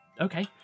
Okay